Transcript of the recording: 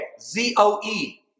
Z-O-E